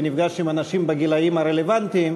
ונפגש עם אנשים בגילים הרלוונטיים,